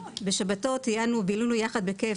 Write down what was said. בשבתות טיילנו ובילינו ביחד בכיף,